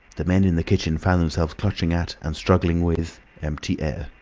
the men in the kitchen found themselves clutching at and struggling with empty air.